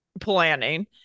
planning